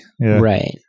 Right